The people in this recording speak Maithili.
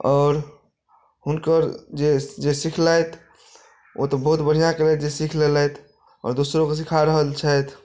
आओर हुनकर जे सिखलथि ओ तऽ बहुत बढ़िआँ केलथि जे सीख लेलथि आओर दोसरोके सीखा रहल छथि